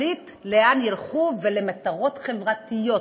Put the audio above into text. שיחליט לאן ילכו ולמטרות חברתיות?